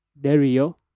Dario